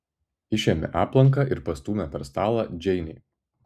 išėmė aplanką ir pastūmė per stalą džeinei